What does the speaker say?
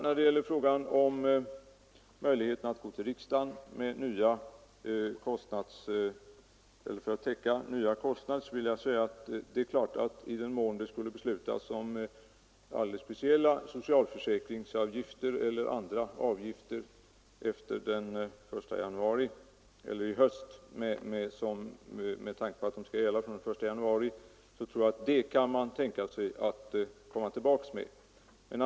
När det gäller möjligheten att gå till riksdagen med begäran om medel för att täcka nya kostnader vill jag svara att i den mån det i höst skulle komma att fattas beslut om alldeles speciella socialförsäkringsavgifter eller andra avgifter, att gälla från den 1 januari nästa år, tror jag att man kan tänka sig att komma tillbaka med en sådan begäran.